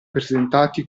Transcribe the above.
presentati